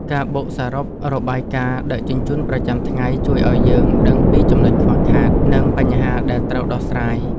ការបូកសរុបរបាយការណ៍ដឹកជញ្ជូនប្រចាំថ្ងៃជួយឱ្យយើងដឹងពីចំណុចខ្វះខាត និងបញ្ហាដែលត្រូវដោះស្រាយ។